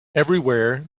everywhere